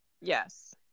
Yes